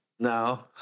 No